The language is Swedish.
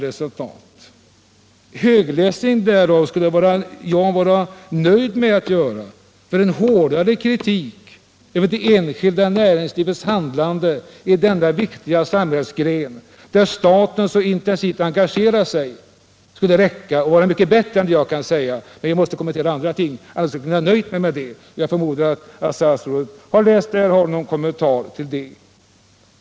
Jag skulle med nöje läsa högt ur betänkandet, för den hårda kritik som däri riktas mot det enskilda näringslivets handlande i denna viktiga näringsgren — som staten så intensivt engagerar sig i — skulle åskådliggöra situationen mycket bättre än vad jag kan göra. Men jag måste kommentera också andra ting, annars kunde jag ha nöjt mig med den läsningen. Jag förmodar dock att statsrådet har läst betänkandet och har någon kommentar att göra till det.